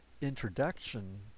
introduction